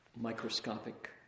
microscopic